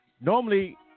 Normally